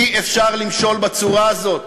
אי-אפשר למשול בצורה הזאת,